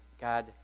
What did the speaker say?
God